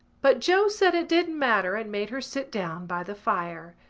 but joe said it didn't matter and made her sit down by the fire.